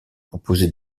composé